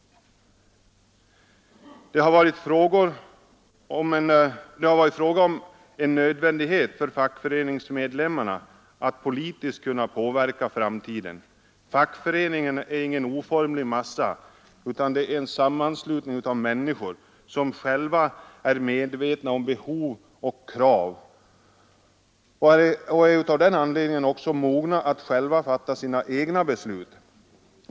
Det har varit en nödvändighet för fackföreningsmedlemmarna att politiskt kunna påverka framtiden. Fackföreningen är ingen oformlig massa, utan det är en sammanslutning av människor som själva är medvetna om behov och krav och av den anledningen också är mogna att själva fatta sina egna beslut.